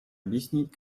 объяснить